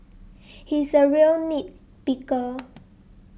he is a real nit picker